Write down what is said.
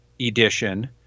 edition